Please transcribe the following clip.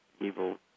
evil